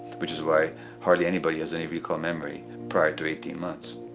which is why hardly anybody has any recall memory prior to eighteen months.